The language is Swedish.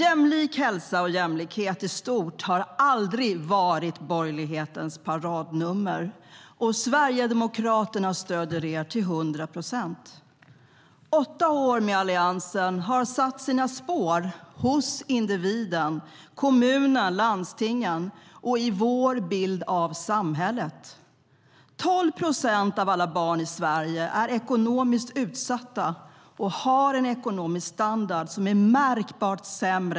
Jämlik hälsa och jämlikhet i stort har aldrig varit borgerlighetens paradnummer, och Sverigedemokraterna stöder det till 100 procent. Åtta år med Alliansen har satt sina spår hos individen, kommunerna, landstingen och i vår bild av samhället.